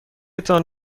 تان